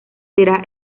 será